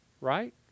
right